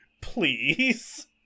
please